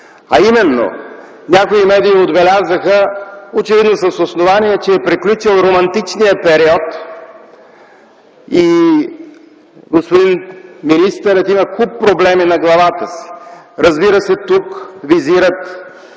дни. Някои медии отбелязаха, очевидно с основание, че е приключил романтичният период и господин министърът има куп проблеми на главата си. Разбира се, тук визират